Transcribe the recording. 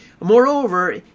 Moreover